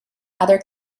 other